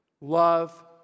Love